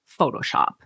Photoshop